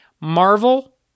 Marvel